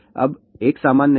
अब 1 सामान्य है